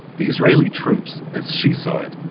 the israeli troops, as she saw it,